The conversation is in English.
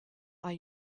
are